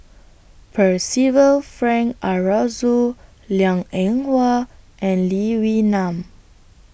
Percival Frank Aroozoo Liang Eng Hwa and Lee Wee Nam